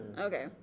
Okay